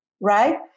right